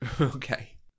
Okay